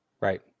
Right